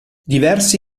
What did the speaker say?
diversi